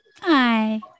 Hi